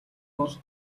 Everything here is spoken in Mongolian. бол